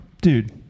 dude